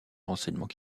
renseignements